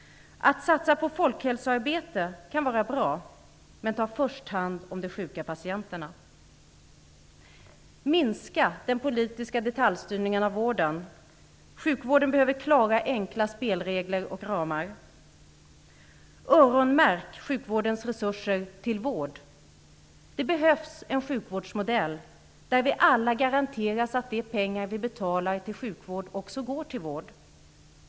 Att satsa på folkhälsoarbete kan vara bra, men man måste först ta hand om de sjuka patienterna. Minska den politiska detaljstyrningen av vården. Sjukvården behöver klara och enkla spelregler och ramar. Öronmärk sjukvårdens resurser till vård. Det behövs en sjukvårdsmodell där vi alla garanteras att de pengar som vi betalar till sjukvård också går till vård.